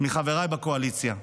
מחבריי בקואליציה,